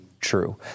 true